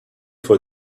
for